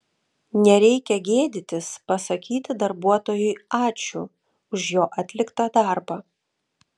nereikia gėdytis pasakyti darbuotojui ačiū už jo atliktą darbą